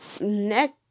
next